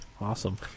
Awesome